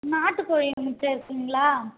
நாட்டு கோழி முட்டை இருக்குங்களா